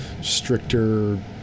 stricter